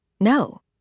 No